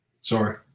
Sorry